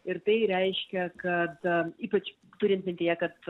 ir tai reiškia kad ypač turint mintyje kad